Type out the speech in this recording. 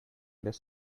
this